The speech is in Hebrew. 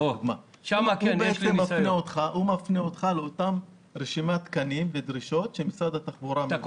הוא מפנה אותך לרשימת תקנים ודרישות שמשרד התחבורה מבקש.